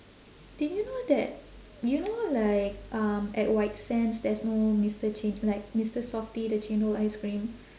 did you know that you know like um at white sands there's no mister ch~ like mister softee the chendol ice cream